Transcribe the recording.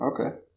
Okay